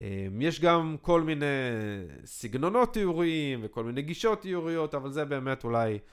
יש גם כל מיני סגנונות תיאוריים וכל מיני גישות תיאוריות אבל זה באמת אולי